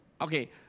Okay